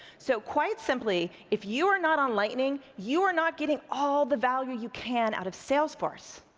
so quite simply, if you are not on lightning, you are not getting all the value you can out of salesforce.